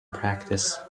practice